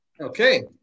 Okay